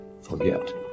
forget